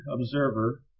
observer